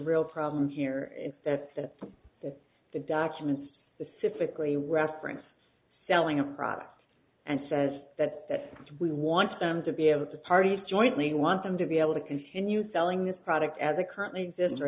real problem here in fact that the documents the fifth likely reference selling a product and says that that we want them to be able to parties jointly want them to be able to continue selling this product as it currently exists or